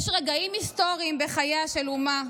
יש רגעים היסטוריים בחייה של אומה,